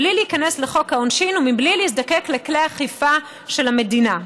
בלי להיכנס לחוק העונשין ובלי להזדקק לכלי אכיפה של המדינה.